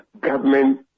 government